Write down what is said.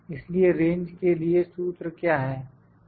इसलिए रेंज के लिए सूत्र क्या था